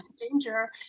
danger